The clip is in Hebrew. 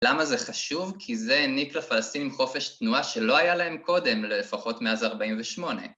למה זה חשוב? כי זה העניק לפלסטינים חופש תנועה שלא היה להם קודם, לפחות מאז 48.